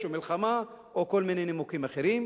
או מלחמה או כל מיני נימוקים אחרים.